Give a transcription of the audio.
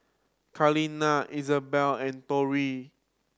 Kaleena Isabell and Tori